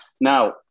Now